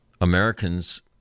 Americans